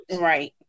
right